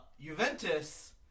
Juventus